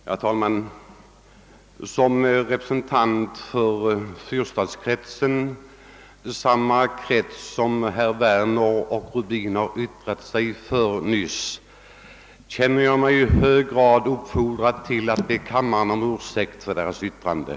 Herr talman! Som representant för fyrstadskretsen, samma krets som herr Werner och herr Rubin har yttrat sig för nyss, känner jag mig i hög grad uppfordrad att be kammaren om ursäkt för deras yttranden.